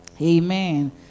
Amen